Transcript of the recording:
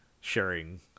sharing